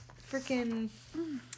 freaking